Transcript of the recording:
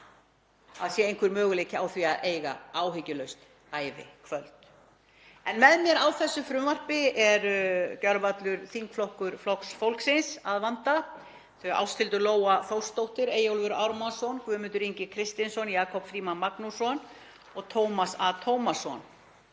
það sé einhver möguleiki á því að eiga áhyggjulaust ævikvöld. Með mér á þessu frumvarpi er gjörvallur þingflokkur Flokks fólksins að vanda, þau Ásthildur Lóa Þórsdóttir, Eyjólfur Ármannsson, Guðmundur Ingi Kristinsson, Jakob Frímann Magnússon og Tómas A. Tómasson.